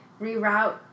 reroute